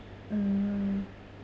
mm